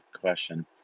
question